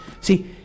See